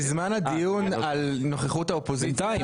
בזמן הדיון על נוכחות האופוזיציה,